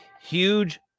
huge